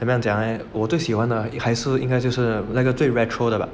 怎么样讲 leh 我最喜欢的还是应该就是那个最 retro 的吧